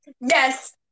Yes